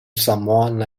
someone